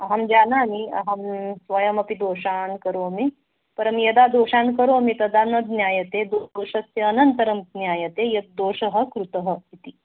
अहं जानामि अहं स्वयमपि दोषान् करोमि परं यदा दोषान् करोमि तदा न ज्ञायते दोषस्य अनन्तरं ज्ञायते यद् दोषः कृतः इति